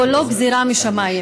זו לא גזרה משמיים.